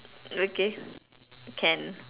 okay can